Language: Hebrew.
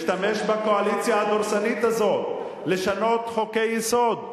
להשתמש בקואליציה הדורסנית הזאת לשנות חוקי-יסוד,